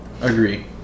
Agree